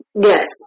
Yes